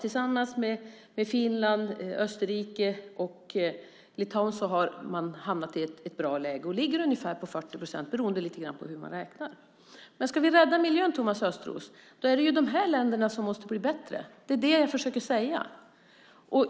Tillsammans med Finland, Österrike och Litauen har vi hamnat i ett bra läge och ligger på ungefär 40 procent, lite grann beroende på hur man räknar. Men ska vi rädda miljön, Thomas Östros, är det de övriga länderna i Europa som måste bli bättre. Det är det jag försöker säga.